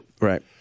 Right